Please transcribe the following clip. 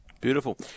Beautiful